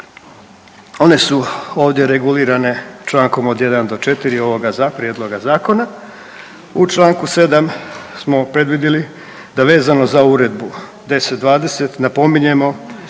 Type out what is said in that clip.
One su ovdje regulirane čl. 1-4 ovoga Prijedloga zakona. U čl. 7 smo predvidjeli da vezano za Uredbu 1020 napominjemo